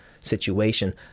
situation